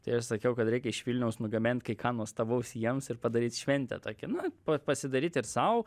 tai aš sakiau kad reikia iš vilniaus nugabent kai ką nuostabaus jiems ir padaryt šventę tokią na pa pasidaryt ir sau